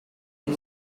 een